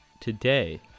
today